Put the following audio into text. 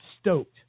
stoked